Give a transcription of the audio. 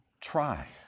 Try